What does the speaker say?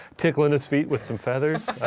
tickling his feet with some feathers,